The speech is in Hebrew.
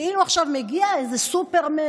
כאילו עכשיו מגיע איזה סופרמן,